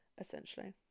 Essentially